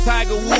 Tiger